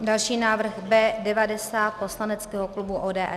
Další návrh, B90 poslaneckého klubu ODS.